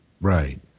Right